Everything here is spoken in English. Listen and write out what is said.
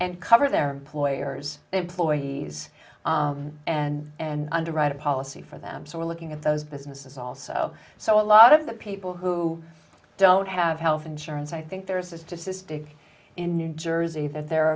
and cover their employer's employees and and underwrite a policy for them so we're looking at those businesses also so a lot of the people who don't have health insurance i think there's a statistic in new jersey that